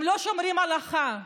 הם לא שומרים הלכה.